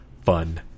fun